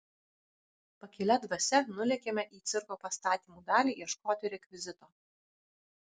pakilia dvasia nulėkėme į cirko pastatymų dalį ieškoti rekvizito